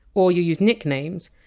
or you use nicknames.